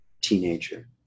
teenager